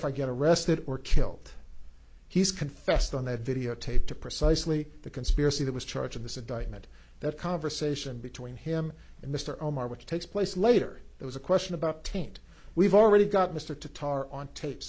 if i get arrested or killed he's confessed on that videotape to precisely the conspiracy that was charge of this indictment that conversation between him and mr omar which takes place later it was a question about taint we've already got mr to tar on tape